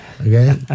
okay